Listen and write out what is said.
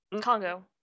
Congo